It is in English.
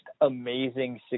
amazing